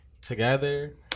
together